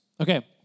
Okay